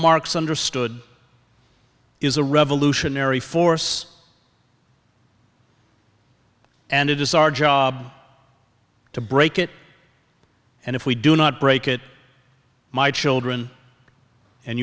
marx understood is a revolutionary force and it is our job to break it and if we do not break it my children and